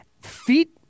feet